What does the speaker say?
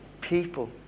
people